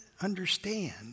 understand